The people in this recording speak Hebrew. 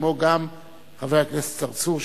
כמו גם חבר הכנסת צרצור,